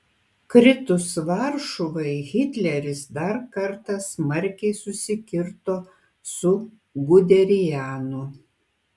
kritus varšuvai hitleris dar kartą smarkiai susikirto su guderianu